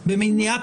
במניעת